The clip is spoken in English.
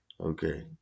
Okay